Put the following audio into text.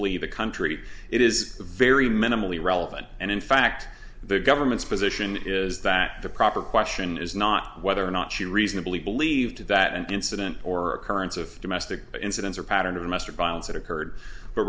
flee the country it is a very minimally relevant and in fact the government's position is that the proper question is not whether or not she reasonably believed that an incident or occurrence of domestic incidents or pattern of domestic violence that occurred but